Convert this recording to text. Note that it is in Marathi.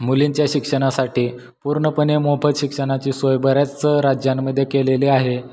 मुलींच्या शिक्षणासाठी पूर्णपणे मोफत शिक्षणाची सोय बऱ्याच राज्यांमध्ये केलेली आहे